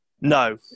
no